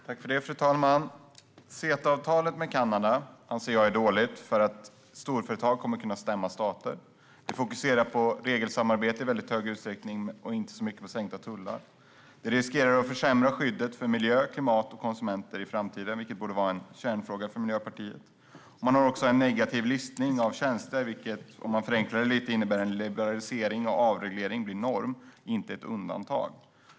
Fru talman! Jag anser att CETA-avtalet med Kanada är dåligt eftersom storföretag kommer att kunna stämma stater. Det fokuserar i väldigt hög utsträckning på regelsamarbete och inte så mycket på sänkta tullar. Det riskerar att försämra skyddet för miljö, klimat och konsumenter i framtiden, vilket borde vara en kärnfråga för Miljöpartiet. Det har också en negativ listning av tjänster, vilket om man förenklar det lite innebär att liberalisering och avreglering blir norm och inte undantag.